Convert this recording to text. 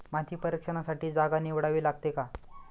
माती परीक्षणासाठी जागा निवडावी लागते का?